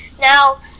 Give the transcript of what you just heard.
Now